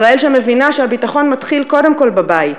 ישראל שמבינה שהביטחון מתחיל קודם כול בבית,